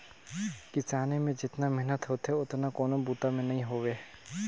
किसानी में जेतना मेहनत होथे ओतना कोनों बूता में नई होवे